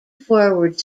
forward